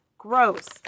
Gross